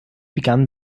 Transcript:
begann